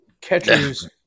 catcher's